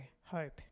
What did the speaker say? hope